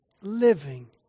living